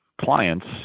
clients